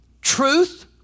Truth